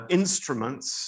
instruments